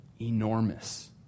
enormous